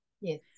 Yes